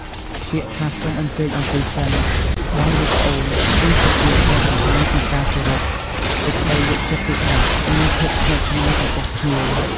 ពាក្យថា "សូមអញ្ជើញអង្គុយសិន បង ឬ ប្អូន" គឺជាពាក្យដែលបង្ហាញពីការគោរព សេចក្ដីយកចិត្តទុកដាក់ និងភាពស្និទ្ធស្នាលចំពោះភ្ញៀវ។